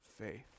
faith